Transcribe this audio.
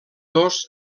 dos